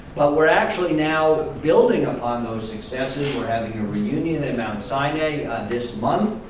but we're actually now building upon those successes. we're having a reunion in mt. sinai this month,